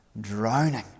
drowning